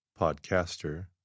Podcaster